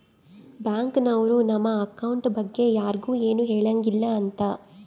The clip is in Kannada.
ಬ್ಯಾಂಕ್ ನವ್ರು ನಮ್ ಅಕೌಂಟ್ ಬಗ್ಗೆ ಯರ್ಗು ಎನು ಹೆಳಂಗಿಲ್ಲ ಅಂತ